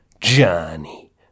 Johnny